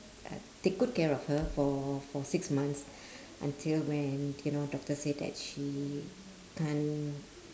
uh take good care of her for for six months until when you know doctor say that she can't